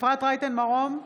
אפרת רייטן מרום,